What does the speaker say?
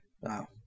Wow